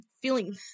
feeling